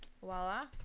Voila